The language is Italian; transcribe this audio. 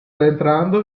entrando